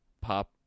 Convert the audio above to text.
pop